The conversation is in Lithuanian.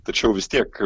tačiau vis tiek